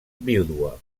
vídua